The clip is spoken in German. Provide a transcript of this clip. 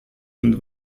und